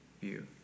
view